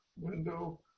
window